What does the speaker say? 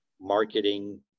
marketing